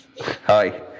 Hi